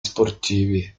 sportivi